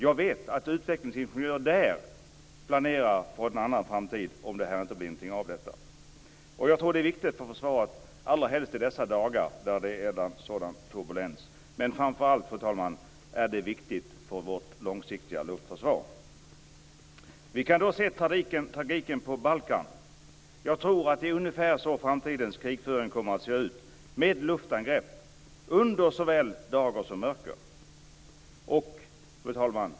Jag vet att utvecklingsingenjörer där planerar för en annan framtid om det inte blir någonting av detta. Jag tror att det är viktigt för försvaret, allrahelst i dessa dagar då det är en sådan turbulens. Framför allt, fru talman, är det viktigt för vårt långsiktiga luftförsvar. Vi kan se tragiken på Balkan. Jag tror att det är ungefär så framtidens krigföring kommer att se ut. Det kommer att ske luftangrepp på dagen såväl som under mörker. Fru talman!